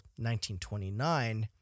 1929